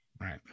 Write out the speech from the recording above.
Right